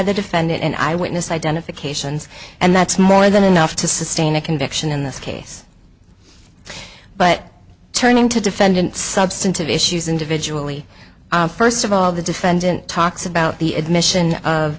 the defendant an eyewitness identifications and that's more than enough to sustain a conviction in this case but turning to defendant substantive issues individually first of all the defendant talks about the admission of